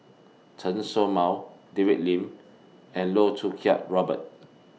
Chen Show Mao David Lim and Loh Choo Kiat Robert